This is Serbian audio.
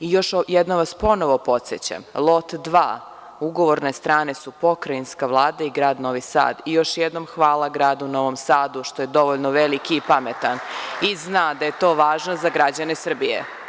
Još jednom vas ponovo podsećam Lot 2 ugovorne strane su Pokrajinska vlada i grad Novi Sad i još jednom hvala gradu Novom Sadu što je dovoljno veliki i pametan i zna da je to važno za građane Srbije.